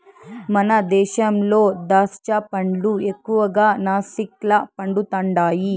మన దేశంలో దాచ్చా పండ్లు ఎక్కువగా నాసిక్ల పండుతండాయి